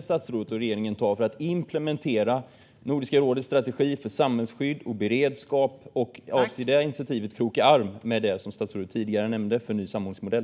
statsrådet och regeringen avser att ta för att implementera Nordiska rådets strategi för samhällsskydd och beredskap samt om dessa initiativ avser att kroka arm med det statsrådet tidigare nämnde om en ny samrådsmodell.